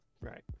right